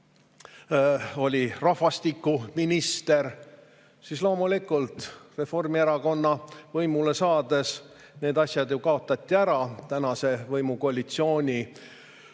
oli rahvastikuminister, siis loomulikult Reformierakonna võimule saades need asjad ju kaotati ära. Tänase võimukoalitsiooni